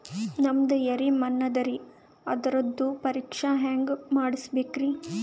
ನಮ್ದು ಎರಿ ಮಣ್ಣದರಿ, ಅದರದು ಪರೀಕ್ಷಾ ಹ್ಯಾಂಗ್ ಮಾಡಿಸ್ಬೇಕ್ರಿ?